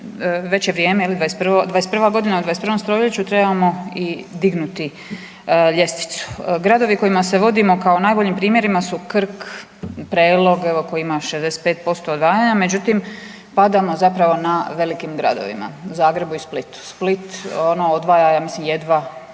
već je vrijeme, 21. godina u 21. stoljeću trebamo i dignuti ljestvicu. Gradovi u kojima se vodimo kao najboljim primjerima su Krk, Prelog koji evo ima 65% odvajanja. Međutim, padamo zapravo na velikim gradovima Zagrebu i Splitu. Split ono odvaja ja